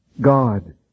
God